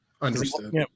Understood